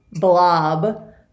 blob